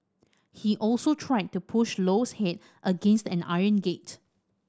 he also tried to push Low's head against an iron gate